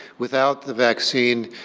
without the vaccine,